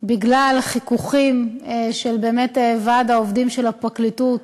בגלל החיכוכים של ועד העובדים של הפרקליטות